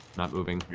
not moving.